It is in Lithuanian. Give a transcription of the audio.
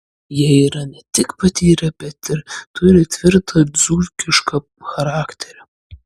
jie yra ne tik patyrę bet ir turi tvirtą dzūkišką charakterį